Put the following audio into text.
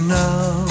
now